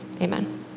Amen